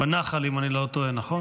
בנח"ל, אם אני לא טועה, נכון?